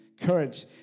courage